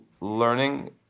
learning